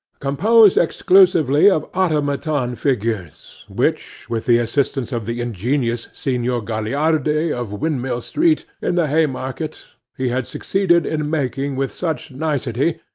composed exclusively of automaton figures, which, with the assistance of the ingenious signor gagliardi, of windmill-street, in the haymarket, he had succeeded in making with such nicety,